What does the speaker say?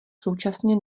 současně